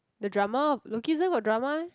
the drama of lookism got drama meh